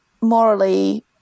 morally